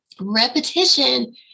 Repetition